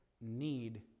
need